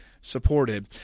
supported